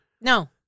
No